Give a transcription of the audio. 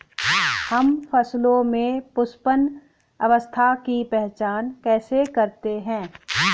हम फसलों में पुष्पन अवस्था की पहचान कैसे करते हैं?